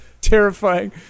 terrifying